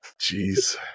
jeez